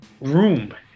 room